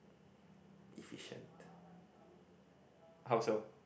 efficient